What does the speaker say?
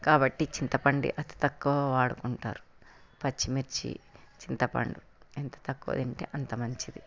కాబట్టి చింతపండు అతి తక్కువ వాడుకుంటారు పచ్చిమిర్చి చింతపండు ఎంత తక్కువ తింటే అంత మంచిది